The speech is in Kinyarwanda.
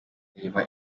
reba